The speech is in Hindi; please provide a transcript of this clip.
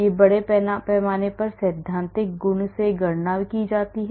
यह बड़े पैमाने पर सैद्धांतिक रूप से गणना की जाती है